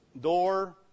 door